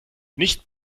nicht